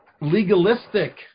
legalistic